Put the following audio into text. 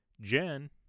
Jen